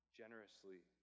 generously